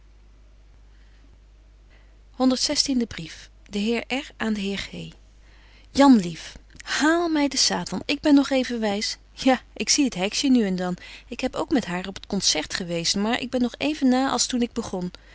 honderd zestiende brief de heer r aan den heer g jan lief haal my de satan ik ben nog even wys ja ik zie het hexje nu en dan ik heb ook met haar op het concert geweest maar ik ben nog even na als toen ik begon